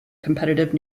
competitive